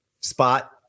Spot